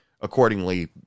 accordingly